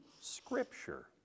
Scripture